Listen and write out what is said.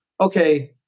okay